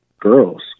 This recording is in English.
girls